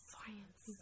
Science